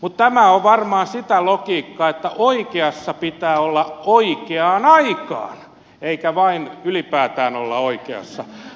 mutta tämä on varmaan sitä logiikkaa että oikeassa pitää olla oikeaan aikaan eikä vain ylipäätään olla oikeassa